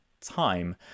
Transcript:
time